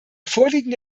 vorliegende